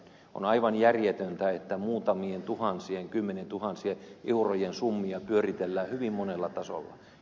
on aivan järjetöntä että muutamien tuhansien kymmenientuhansien eurojen summia pyöritellään hyvin monella tasolla